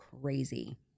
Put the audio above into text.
crazy